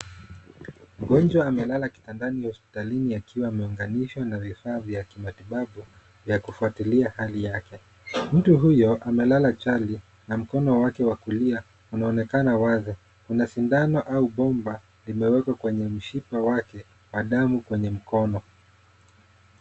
Mgonjwa amelala kitandani ya hospitalini akiwa ameunganishwa na vifaa vya ki matibabu vya kufuatilia hali yake. Mtu huyo amelala chali na mkono wake wa kulia unaonekana wazi. Kuna sindano au bomba limewekwa kwenye mshipa wake wa damu kwenye mkono.